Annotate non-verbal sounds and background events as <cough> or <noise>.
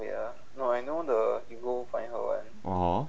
<noise>